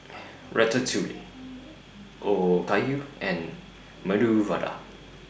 Ratatouille Okayu and Medu Vada